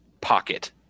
pocket